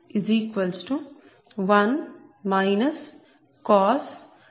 85 1